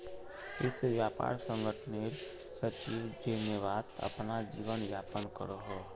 विश्व व्यापार संगठनेर सचिव जेनेवात अपना जीवन यापन करोहो